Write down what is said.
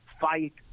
fight